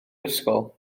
ysgol